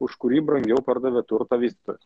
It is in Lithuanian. už kurį brangiau pardavė turtą vystytojas